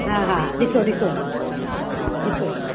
हा हा ॾिसो ॾिसो ॾिसो